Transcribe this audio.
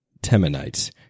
Temanites